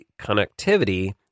connectivity